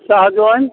सजमैनि